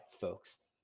folks